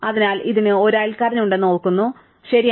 അതിനാൽ ഇതിന് ഒരു അയൽക്കാരനുണ്ടെന്ന് ഞങ്ങൾ ഓർക്കുന്നു ശരിയാണ്